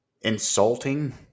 insulting